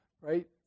right